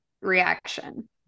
reaction